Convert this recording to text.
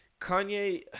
kanye